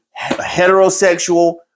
heterosexual